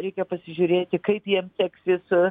reikia pasižiūrėti kaip jiem seksis